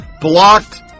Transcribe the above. blocked